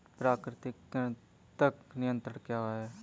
प्राकृतिक कृंतक नियंत्रण क्या है?